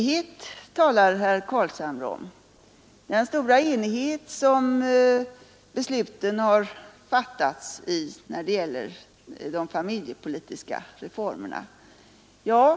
Herr Carlshamre talar om den stora enighet med vilken besluten om de familjepolitiska reformerna har fattats.